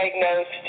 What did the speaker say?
diagnosed